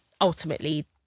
ultimately